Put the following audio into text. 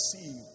see